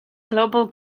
global